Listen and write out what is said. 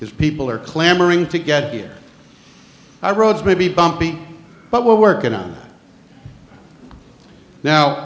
because people are clamoring to get here i roads may be bumpy but we're working on now